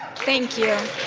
thank you.